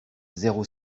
zéro